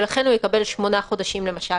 ולכן הוא יקבל שמונה חודשים למשל.